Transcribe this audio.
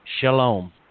shalom